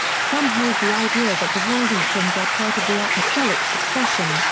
some hold the idea that the waldensians are part of the apostolic succession,